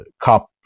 cup